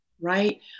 Right